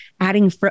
adding